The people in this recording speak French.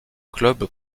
club